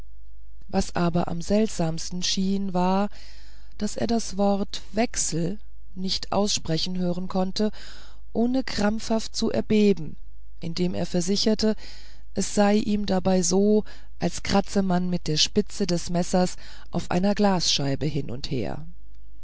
was aber am seltsamsten schien war daß er das wort wechsel nicht aussprechen hören konnte ohne krampfhaft zu erbeben indem er versicherte es sei ihm dabei so als kratze man mit der spitze des messers auf einer glasscheibe hin und her